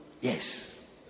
Yes